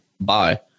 Bye